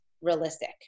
realistic